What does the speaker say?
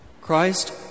Christ